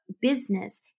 business